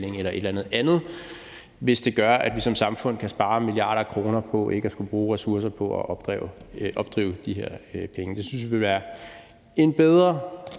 eller et eller andet andet, hvis det gør, at vi som samfund kan spare milliarder af kroner på ikke at skulle bruge ressourcer på at opdrive de her penge. Det synes vi ville være en bedre